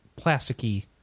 plasticky